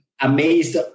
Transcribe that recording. amazed